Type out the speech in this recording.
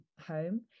home